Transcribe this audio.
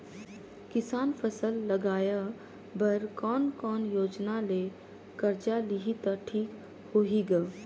किसान फसल लगाय बर कोने कोने योजना ले कर्जा लिही त ठीक होही ग?